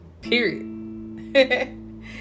Period